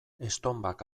estonbak